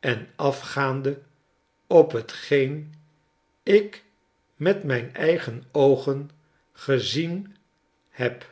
en afgaande op t geen ik met mijn eigen oogen gezien heb